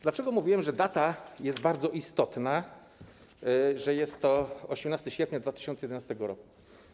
Dlaczego mówiłem, że data jest bardzo istotna, że jest to 18 sierpnia 2011 r.